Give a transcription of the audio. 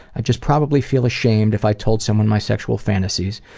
i'd just probably feel ashamed if i told someone my sexual fantasies,